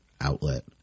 outlet